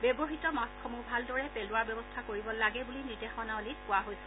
ব্যৱহাত মাস্কসমূহ ভালদৰে পেলোৱাৰ ব্যৱস্থা কৰিব লাগে বুলি নিৰ্দেশনাৱলীত কোৱা হৈছে